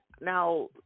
Now